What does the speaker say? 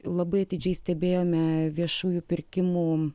labai atidžiai stebėjome viešųjų pirkimų